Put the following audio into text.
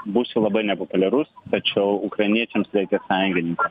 būsiu labai nepopuliarus tačiau ukrainiečiams reikia sąjungininkų